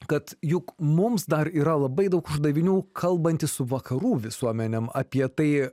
kad juk mums dar yra labai daug uždavinių kalbantis su vakarų visuomenėm apie tai